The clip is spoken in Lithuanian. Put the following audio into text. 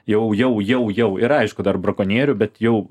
jau jau jau jau ir aišku dar brakonierių bet jau